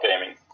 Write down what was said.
gaming